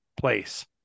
place